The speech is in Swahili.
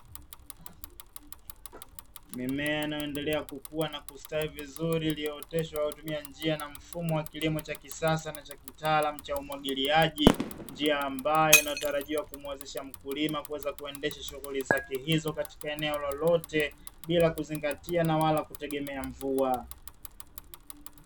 Mimea inayoendelea kukua na kustawi vizuri iliyooteshwa kwa kutumia njia na mfumo wa kilimo cha kisasa na cha kitaalamu cha umwagiliaji, njia ambayo inatarajiwa kumuwezesha mkulima kuweza kuendesha shughuli zake hizo katika eneo lolote bila kuzingatia na wala kutegemea mvua.